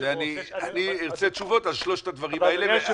אני ארצה תשובות על שלושת הדברים האלה.